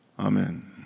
Amen